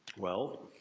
well,